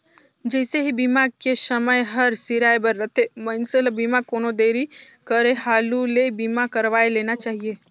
जइसे ही बीमा के समय हर सिराए बर रथे, मइनसे ल बीमा कोनो देरी करे हालू ले बीमा करवाये लेना चाहिए